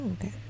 Okay